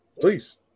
Please